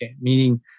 meaning